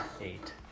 Eight